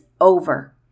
over